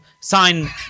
sign